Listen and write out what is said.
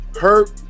hurt